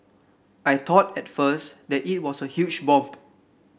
I thought at first that it was a huge bomb